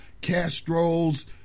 Castro's